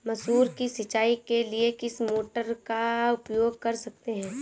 मसूर की सिंचाई के लिए किस मोटर का उपयोग कर सकते हैं?